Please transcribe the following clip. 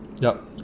yup